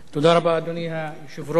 היושב-ראש,